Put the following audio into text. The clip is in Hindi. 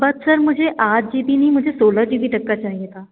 बट सर मुझे आठ जी बी नहीं मुझे सोलह जी बी तक का चाहिए था